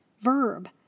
verb